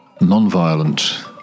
Non-violent